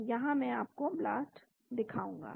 तो यहां मैं आपको ब्लास्ट दिखाऊंगा